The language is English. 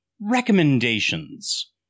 recommendations